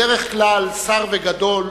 בדרך כלל "שר וגדול"